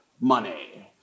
money